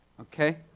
okay